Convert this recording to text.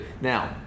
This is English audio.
now